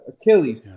Achilles